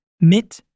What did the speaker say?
mit